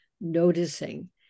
noticing